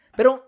Pero